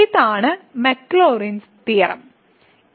ഇതാണ് Maclaurin's theorem Maclaurin's theorem